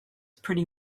pretty